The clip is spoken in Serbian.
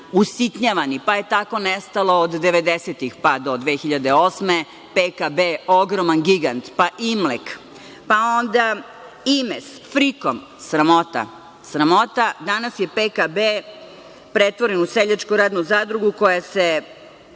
usitnjavani, pa je tako nestalo od devedesetih do 2008. godine PKB, ogroman gigant, pa Imlek, pa onda Imes, Frikom, sramota. Danas je PKB pretvoren u Seljačku radnu zadrugu koja se